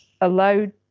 allowed